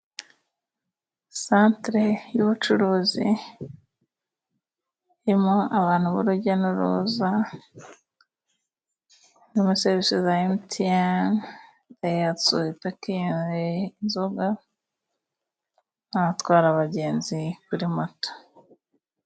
Centre y'ubucuruzi irimo abantu b'urujya n'uruza, harimo servisi za emutiyene, dayihatsu ipakiye inzoga n'abatwara abagenzi kuri moto.